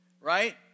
right